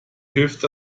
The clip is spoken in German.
hilft